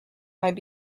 might